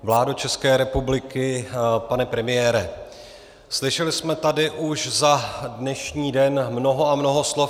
Vládo České republiky, pane premiére, slyšeli jsme tady už za dnešní den mnoho a mnoho slov.